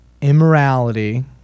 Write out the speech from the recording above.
immorality